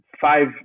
five